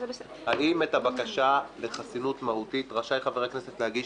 האם את הבקשה לחסינות מהותית רשאי חבר הכנסת להגיש